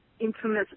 infamous